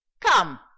Come